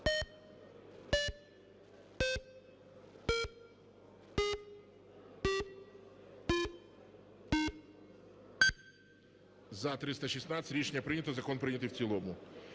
За-316 Рішення прийнято. Закон прийнятий в цілому.